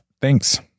Thanks